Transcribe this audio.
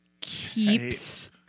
keeps